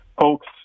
folks